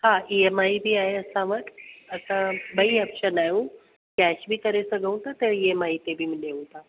हा ईएमआई बि आहे असां वटि असां ॿई ऑप्शन आहियूं कैश बि कराए सघूं था त ईएमआई ते बि मिलेव था